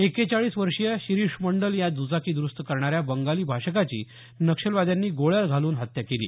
एक्केचाळीस वर्षीय शिरीष मंडल या द्चाकी द्रुस्त करणाऱ्या बंगाली भाषिकाची नक्षलवाद्यांनी गोळ्या घालून हत्या केली